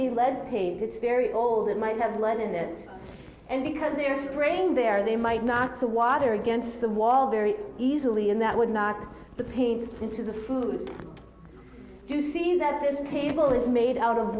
be lead paint it's very old it might have lennon and because they're spraying there they might not the water against the wall very easily and that would knock the panes into the food to see that this table is made out of